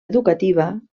educativa